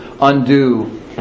undo